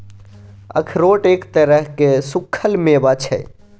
अखरोट एक तरहक सूक्खल मेवा छै